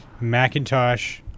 Macintosh